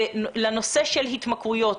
לנושא של התמכרויות.